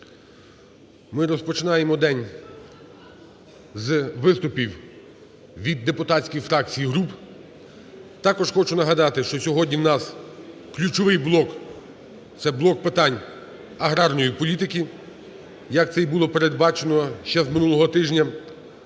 ми розпочинаємо день з виступів від депутатських фракцій і груп. Також хочу нагадати, що сьогодні у нас ключовий блок – це блок питань аграрної політики, як це і було передбачено ще з минулого тижня